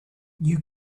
you